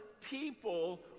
people